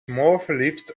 smoorverliefd